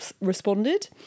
responded